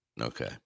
Okay